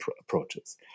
approaches